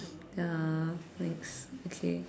ya next okay